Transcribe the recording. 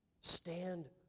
Stand